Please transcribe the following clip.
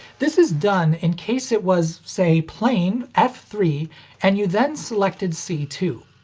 this is done in case it was, say, playing f three and you then selected c two.